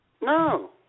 No